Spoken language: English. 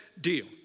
deal